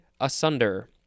asunder